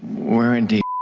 were indeed.